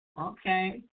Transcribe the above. Okay